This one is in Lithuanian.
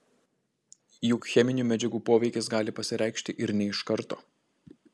juk cheminių medžiagų poveikis gali pasireikšti ir ne iš karto